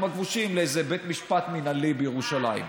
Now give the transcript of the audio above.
הכבושים לאיזה בית משפט מינהלי בירושלים,